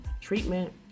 treatment